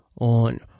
on